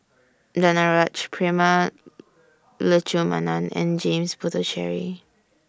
Danaraj Prema Letchumanan and James Puthucheary